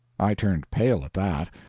i turned pale at that,